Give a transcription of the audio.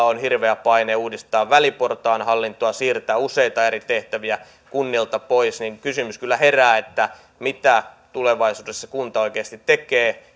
on hirveä paine uudistaa väliportaan hallintoa siirtää useita eri tehtäviä kunnilta pois niin kysymys kyllä herää että mitä tulevaisuudessa kunta oikeasti tekee